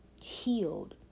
healed